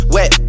Wet